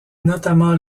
notamment